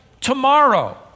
tomorrow